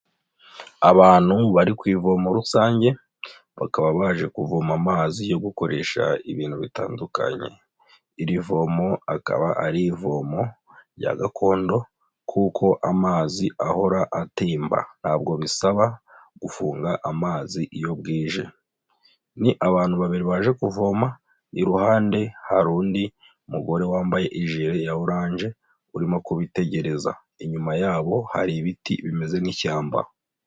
Abantu bari ku ivomo rusange, bakaba baje kuvoma amazi yo gukoresha ibintu bitandukanye. Iri vomo akaba ari ivomo rya gakondo kuko amazi ahora atemba ntabwo bisaba gufunga amazi iyo bwije. Ni abantu babiri baje kuvoma, iruhande hari undi mugore wambaye ijire ya oranje urimo kubitegereza. Inyuma yabo hari ibiti bimeze nk'ishyamba.